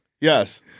Yes